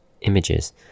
images